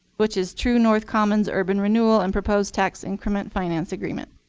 which is true north commons urban renewal and proposed tax increment finance agreement.